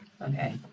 Okay